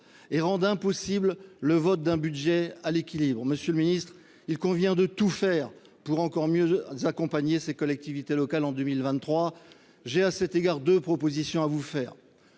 et rende impossible le vote d'un budget à l'équilibre. Monsieur le ministre, il convient de tout faire pour accompagner mieux encore ces collectivités locales en 2023. J'ai, à cet égard, deux propositions à vous